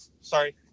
Sorry